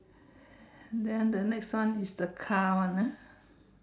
then the next one is the car [one] ah